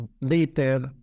Later